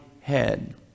head